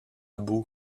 boue